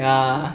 ya